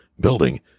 building